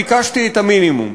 אני ביקשתי את המינימום,